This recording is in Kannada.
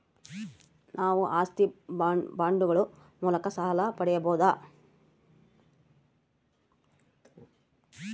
ನಾವು ಆಸ್ತಿ ಬಾಂಡುಗಳ ಮೂಲಕ ಸಾಲ ಪಡೆಯಬಹುದಾ?